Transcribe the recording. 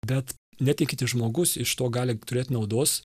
bet netikintis žmogus iš to gali turėt naudos